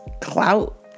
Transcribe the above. clout